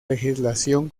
legislación